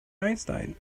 einstein